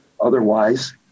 Otherwise